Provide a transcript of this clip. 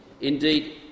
Indeed